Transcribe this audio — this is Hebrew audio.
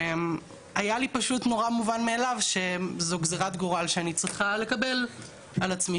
שהיה לי פשוט נורא מובן מאליו שזו גזירת גורל שאני צריכה לקבל על עצמי,